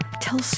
tell